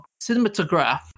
cinematograph